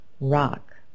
rock